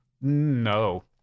No